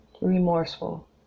remorseful